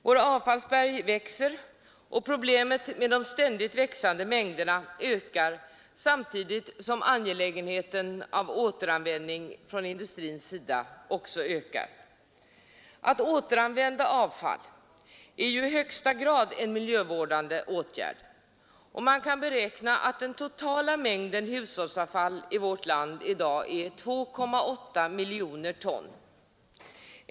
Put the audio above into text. Våra avfallsberg växer, och problemet med de ständigt växande mängderna ökar samtidigt som angelägenheten av återanvändning från industrins sida också ökar. Att återanvända avfall är i högsta grad en miljövårdande åtgärd. Man kan beräkna att den totala mängden hushållsavfall i landet i dag är 2,8 miljoner ton.